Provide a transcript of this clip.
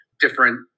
different